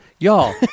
Y'all